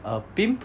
err pimp